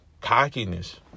cockiness